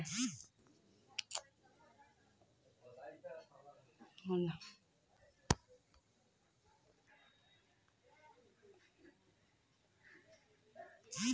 दीनदयाल उपाध्याय अंत्योदय योजना स पहाड़ी लोगक नई ऊर्जा ओले